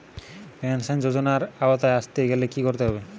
Pension যজোনার আওতায় আসতে গেলে কি করতে হবে?